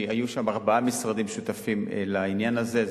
כי היו ארבעה משרדים שותפים לעניין הזה,